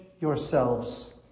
Yourselves